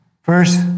First